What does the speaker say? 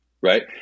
right